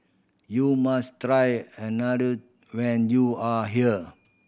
you must try Unadon when you are here